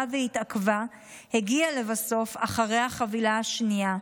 והתעכבה הגיעה לבסוף אחרי החבילה השנייה.